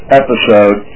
episode